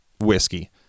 whiskey